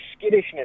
skittishness